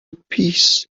appease